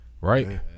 right